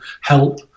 help